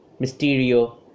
Mysterio